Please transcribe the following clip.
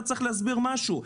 אתה צריך להסביר משהו.